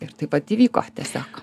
ir taip vat įvyko tiesiog